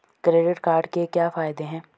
Credit card के क्या फायदे हैं?